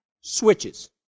switches